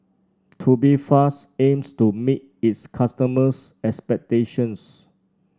Tubifast aims to meet its customers' expectations